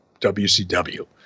WCW